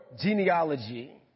genealogy